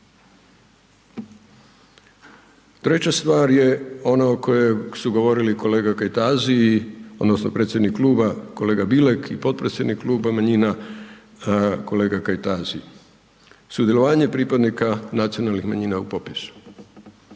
Treća stvar je ona o kojoj su govorili kolega Kajtazi odnosno predsjednik kluba kolega Bilek i potpredsjednik kluba manjina kolega Kajtazi, sudjelovanje pripadnika nacionalnih manjina u popisu.